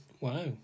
wow